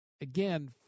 again